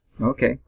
Okay